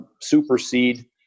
supersede